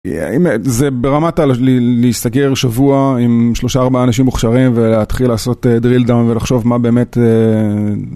זה ברמת על להסתגר שבוע עם שלושה ארבעה אנשים מוכשרים ולהתחיל לעשות דריל דאון ולחשוב מה באמת...